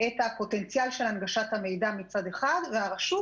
את הפוטנציאל של הנגשת המידע מצד אחד, והרשות